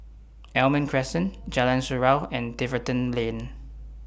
Almond Crescent Jalan Surau and Tiverton Lane